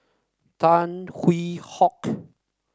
Tan Hwee Hock